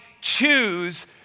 choose